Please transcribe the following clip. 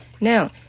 Now